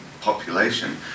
population